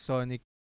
Sonic